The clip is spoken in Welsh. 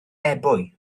ebwy